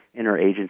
interagency